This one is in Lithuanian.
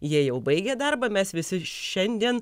jie jau baigia darbą mes visi šiandien